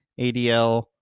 ADL